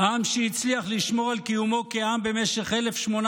עם שהצליח לשמור על קיומו כעם במשך 1,800,